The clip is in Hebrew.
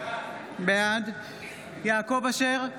בעד יעקב אשר,